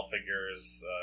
figures